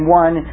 one